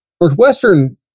Northwestern